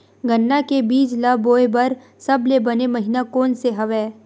गन्ना के बीज ल बोय बर सबले बने महिना कोन से हवय?